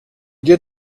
get